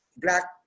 black